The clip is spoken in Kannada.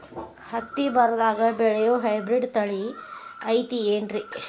ಹತ್ತಿ ಬರದಾಗ ಬೆಳೆಯೋ ಹೈಬ್ರಿಡ್ ತಳಿ ಐತಿ ಏನ್ರಿ?